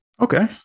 Okay